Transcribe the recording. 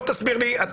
בוא תסביר לי את